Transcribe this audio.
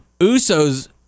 Usos